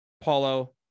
Paulo